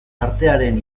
artearen